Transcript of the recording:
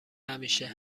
همیشه